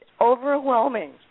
overwhelming